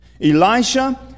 Elisha